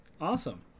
Awesome